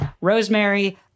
Rosemary